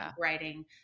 writing